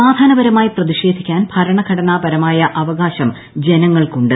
സമാധാനപരമായി പ്രതിഷേധിക്കാൻ ഭരണഘടനാപരമായ അവകാശം ജനങ്ങൾക്കുണ്ട്